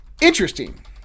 interesting